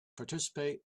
participate